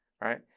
right